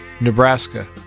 Nebraska